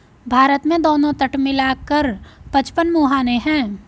भारत में दोनों तट मिला कर पचपन मुहाने हैं